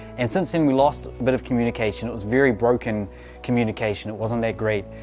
and since then we lost a bit of communication. it was very broken communication. it wasn't that great.